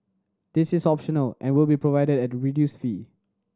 this is optional and will be provided at a reduced fee